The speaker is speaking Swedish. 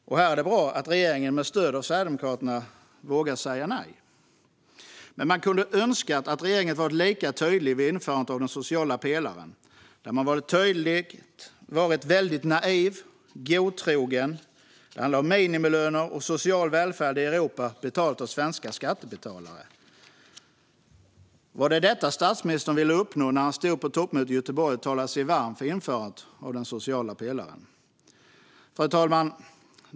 Och här är det bra att regeringen med stöd av Sverigedemokraterna vågar säga nej. Men man kunde ha önskat att regeringen varit lika tydlig vid införandet av den sociala pelaren. Men där har man varit väldigt naiv och godtrogen. Det handlar om minimilöner och social välfärd i Europa betald av svenska skattebetalare. Var det detta statsministern ville uppnå när han stod på toppmötet i Göteborg och talade sig varm för införandet av den sociala pelaren? Fru talman!